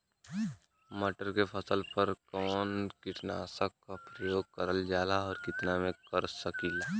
मटर के फसल पर कवन कीटनाशक क प्रयोग करल जाला और कितना में कर सकीला?